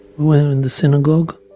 were in the synagogue